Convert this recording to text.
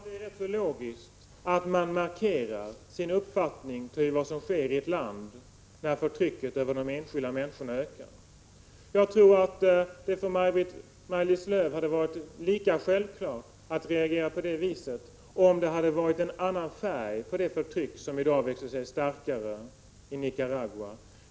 Herr talman! Jag tycker att det är ganska logiskt att man markerar sin uppfattning om vad som sker i ett land där förtrycket av de enskilda människorna ökar. Jag tror att det hade varit lika självklart för Maj-Lis Lööw att reagera på det viset om det hade varit en annan färg på det förtryck som i dag växer sig allt starkare i Nicaragua.